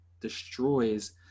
destroys